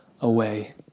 away